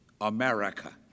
America